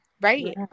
Right